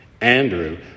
Andrew